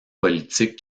politiques